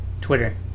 Twitter